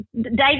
David